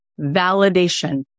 validation